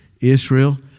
Israel